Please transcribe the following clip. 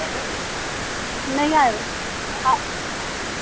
नेईं आए दे हां